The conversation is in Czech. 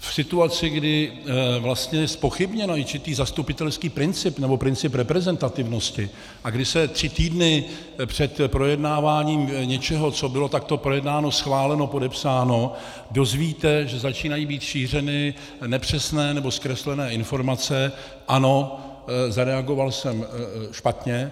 V situaci, kdy vlastně je zpochybněn zastupitelský princip nebo princip reprezentativnosti a kdy se tři týdny před projednáváním něčeho, co bylo takto projednáno, schváleno, podepsáno, dozvíte, že začínají být šířeny nepřesné nebo zkreslené informace, ano, zareagoval jsem špatně.